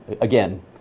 again